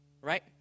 Right